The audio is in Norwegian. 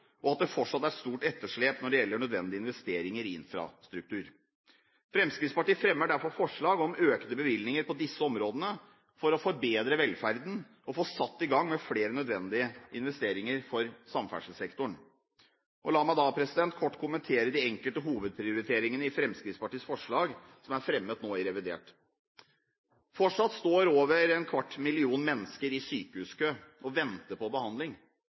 og at det fortsatt er stort etterslep når det gjelder nødvendige investeringer i infrastruktur. Fremskrittspartiet fremmer derfor forslag om økte bevilgninger på disse områdene for å forbedre velferden og få satt i gang med flere nødvendige investeringer på samferdselssektoren. La meg da kort kommentere de enkelte hovedprioriteringene i Fremskrittspartiets forslag, som er fremmet nå i revidert. Fortsatt står over en kvart million mennesker i sykehuskø og venter på behandling